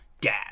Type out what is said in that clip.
dad